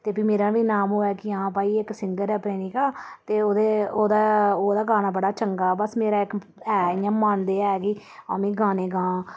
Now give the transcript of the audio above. ते भी मेरा बी नाम होऐ की आं भई इक सिंगर ऐ प्रेमिका ते ओह्दे ओह्दा ओह्दा गाना बड़ा चंगा ऐ ते बस मेरा इक ऐ इ'यां मन ते ऐ कि आमीं गाने गांऽ